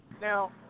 Now